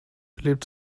lebt